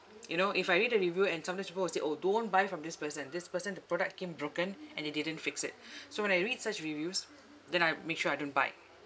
you know if I read a review and sometimes people will say orh don't buy from this person this person the product came broken and he didn't fix it so when I read such reviews then I make sure I don't buy